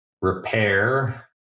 repair